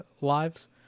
lives